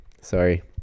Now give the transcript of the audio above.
sorry